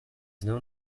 known